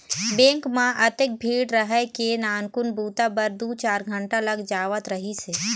bank म अतेक भीड़ रहय के नानकुन बूता बर दू चार घंटा लग जावत रहिस हे